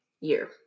Year